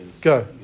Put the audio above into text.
go